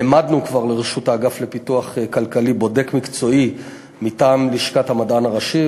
העמדנו כבר לרשות האגף לפיתוח כלכלי בודק מקצועי מטעם לשכת המדען הראשי,